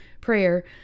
prayer